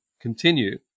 continue